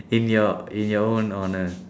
in your in your own honour